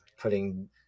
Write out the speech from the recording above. putting